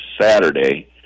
Saturday